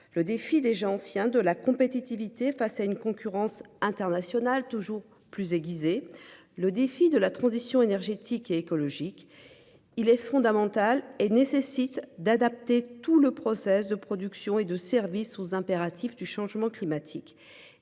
Le défi déjà ancien de la compétitivité face à une concurrence internationale toujours plus aiguisé, le défi de la transition énergétique et écologique. Il est fondamental et nécessite d'adapter tout le process de production et de services aux impératifs du changement climatique